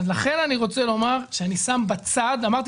לכן אני רוצה לומר שאני שם בצד אמרתי